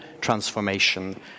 transformation